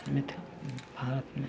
मिथ भारतमे